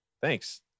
Thanks